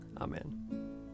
Amen